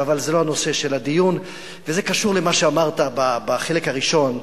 אבל זה לא נושא הדיון וזה קשור למה שאמרת בחלק הראשון.